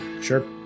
Sure